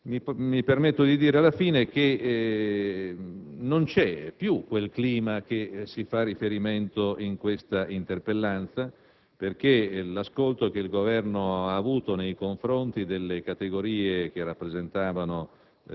Mi permetto di dire, alla fine, che non c'è più quel clima cui si fa riferimento nell'interpellanza, perché l'ascolto che il Governo ha avuto nei confronti delle categorie che rappresentano